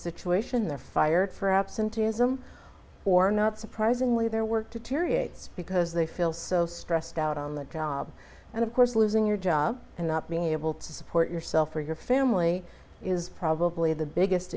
situation they're fired for absenteeism or not surprisingly their work to tyria it's because they feel so stressed out on the job and of course losing your job and not being able to support yourself or your family is probably the biggest